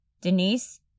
Denise